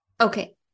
Okay